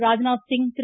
Rajnath Singh Thiru